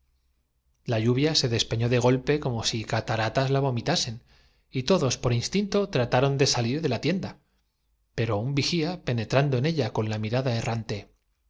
la lluvia se despeñó de golpe como si cataratas la punta del promontorio vomitasen y todos por instinto trataron de salir de la pero una ráfaga le derribó y clara desasida de sus brazos sepultóse en el abismo tienda pero un vigía penetrando en ella con la mirada errante